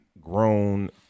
grown